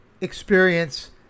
experience